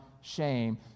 shame